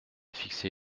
fixer